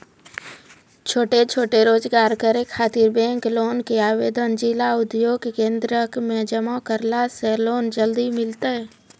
छोटो छोटो रोजगार करै ख़ातिर बैंक लोन के आवेदन जिला उद्योग केन्द्रऽक मे जमा करला से लोन जल्दी मिलतै?